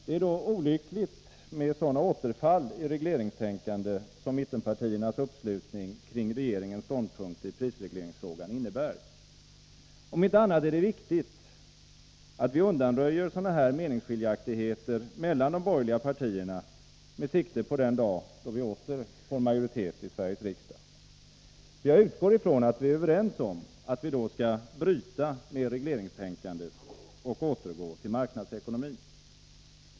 Det är då olyckligt med sådana återfall i regleringstänkande som mittenpartiernas uppslutning kring regeringens ståndpunkt i prisregleringsfrågan innebär. Om inte annat är det viktigt att undanröja sådana meningsskiljaktigheter mellan de borgerliga partierna med sikte på den dag då vi åter får majoritet i Sveriges riksdag. Jag utgår ifrån att vi är överens om att vi då skall bryta med regleringstänkandet och återgå till marknadsekonomin.